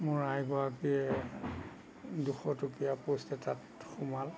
মোৰ আইগৰাকীয়ে দুশটকীয়া পোষ্ট এটাত সোমাল